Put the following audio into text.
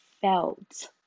felt